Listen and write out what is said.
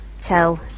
tell